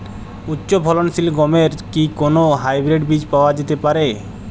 উচ্চ ফলনশীল গমের কি কোন হাইব্রীড বীজ পাওয়া যেতে পারে?